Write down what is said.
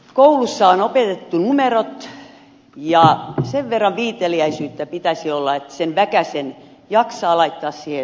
koulussa on opetettu numerot ja sen verran viitseliäisyyttä pitäisi olla että sen väkäsen jaksaa laittaa siihen seiskaan